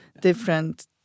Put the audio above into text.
different